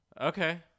Okay